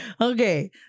Okay